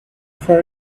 for